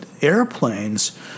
airplanes